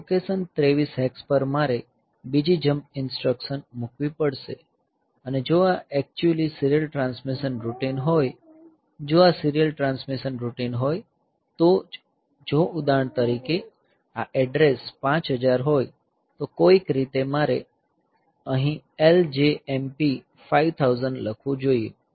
location 23 hex પર મારે બીજી જમ્પ ઈન્સ્ટ્રકશન મૂકવી પડશે અને જો આ એક્ચ્યુઅલ સીરીયલ ટ્રાન્સમિશન રૂટિન હોય જો આ સીરીયલ ટ્રાન્સમિશન રૂટિન હોય તો જો ઉદાહરણ તરીકે આ એડ્રેસ 5000 હોય તો કોઈક રીતે મારે અહીં LJMP 5000 લખવું જોઈએ